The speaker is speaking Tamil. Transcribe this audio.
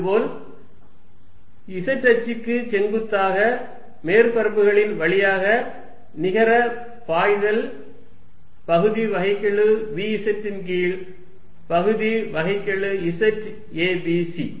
இதேபோல் z அச்சுக்கு செங்குத்தாக மேற்பரப்புகளின் வழியாக நிகர பாய்தல் பகுதி வகைக்கெழு vz ன் கீழ் பகுதி வகைக்கெழு z a b c